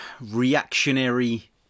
reactionary